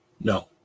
No